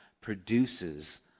produces